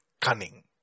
cunning